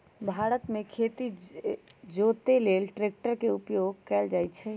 भारत मे खेती जोते लेल ट्रैक्टर के उपयोग कएल जाइ छइ